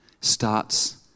starts